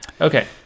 okay